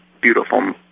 beautiful